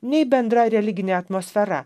nei bendra religine atmosfera